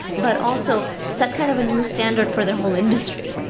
but also set kind of a new standard for their whole industry,